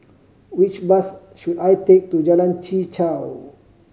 which bus should I take to Jalan Chichau